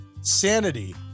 sanity